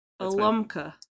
Alumka